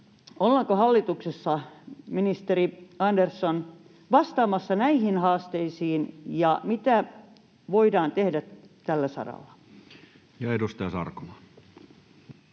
ollaanko hallituksessa, ministeri Andersson, vastaamassa näihin haasteisiin, ja mitä voidaan tehdä tällä saralla? Edustaja Sarkomaa.